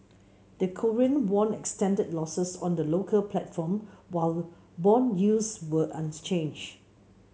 the Korean won extended losses on the local platform while bond yields were unchanged